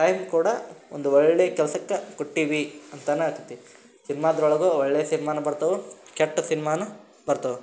time ಕೂಡ ಒಂದು ಒಳ್ಳೆಯ ಕೆಲ್ಸಕ್ಕೆ ಕೊಟ್ಟೀವಿ ಅಂತಾನೇ ಆಗ್ತತಿ ಸಿನ್ಮಾದರೊಳಗ ಒಳ್ಳೆಯ ಸಿನ್ಮಾನೂ ಬರ್ತವೆ ಕೆಟ್ಟ ಸಿನ್ಮಾನೂ ಬರ್ತವೆ